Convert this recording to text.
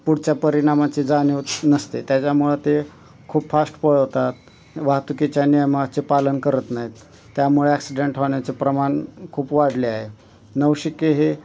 पुढच्या परिणामाची जाणीव नसते त्याच्यामुळं ते खूप फास्ट पळवतात वाहतुकीच्या नियमाचे पालन करत नाहीत त्यामुळे ॲक्सिडेंट होण्याचे प्रमाण खूप वाढले आहे नवशिके हे